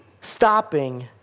stopping